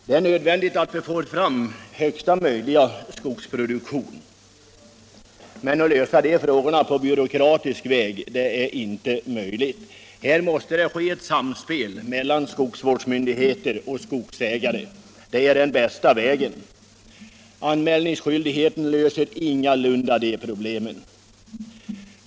Det är nödvändigt att vi får fram största möjliga skogsproduktion, men att lösa det problemet på byråkratisk väg är inte möjligt. Här måste det ske ett samspel mellan skogsvårdsmyndigheter och skogsägare; det är den bästa vägen. Anmälningsskyldigheten löser ingalunda de problemen.